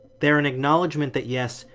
they're an acknowledgment that, yes,